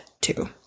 Two